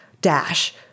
dash